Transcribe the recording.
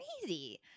crazy